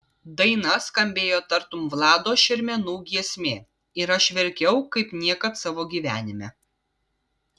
daina skambėjo tartum vlado šermenų giesmė ir aš verkiau kaip niekad savo gyvenime